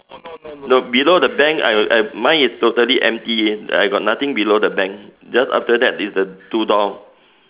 no below the bank I I mine is totally empty I got nothing below the bank just after that is the two door